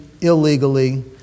illegally